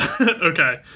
okay